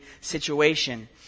situation